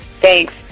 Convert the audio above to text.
thanks